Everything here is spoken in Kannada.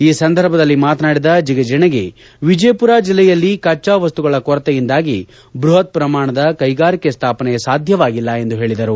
ಈ ಸಂದರ್ಭದಲ್ಲಿ ಮಾತನಾಡಿದ ಜೆಗಜೇಣಿ ವಿಜಯಮರ ಜಿಲ್ಲೆಯಲ್ಲಿ ಕಚ್ಛಾವಸ್ತುಗಳ ಕೊರತೆಯಿಂದಾಗಿ ಬೃಪತ್ ಪ್ರಮಾಣದ ಕೈಗಾರಿಕೆ ಸ್ಥಾಪನೆ ಸಾಧ್ಯವಾಗಿಲ್ಲ ಎಂದು ಹೇಳಿದರು